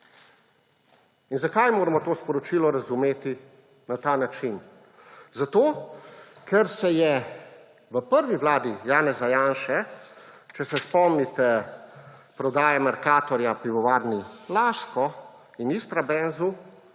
In zakaj moramo to sporočilo razumeti na ta način? Zato, ker se je v prvi vladi Janeza Janše, če se spomnite prodaje Mercatorja Pivovarni Laško in Istrabenzu